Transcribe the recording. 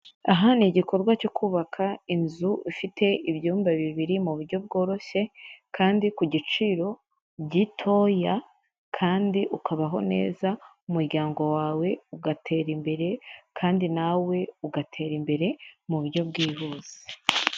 Aha ni igikorwa cyo kubaka inzu ifite ibyumba bibiri mu buryo bworoshye, kandi ku giciro gitoya, kandi ukabaho neza umuryango wawe ugatera imbere, kandi nawe ugatera imbere mu buryo bwihuse.